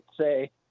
say